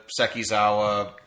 Sekizawa